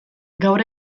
gaur